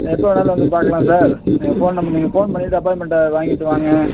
எப்போ வேண்ணாலும் வந்து பார்க்கலாம் சார் நீங்கள் ஃபோன் பண்ணுங்க நீங்கள் ஃபோன் பண்ணிவிட்டு அப்பாய்ன்மெண்ட்டு வாங்கிட்டு வாங்க